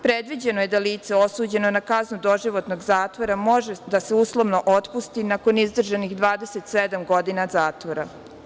Predviđeno je da lice osuđeno na kaznu doživotnog zatvora može da se uslovno otpusti nakon izdržanih 27 godina zatvora.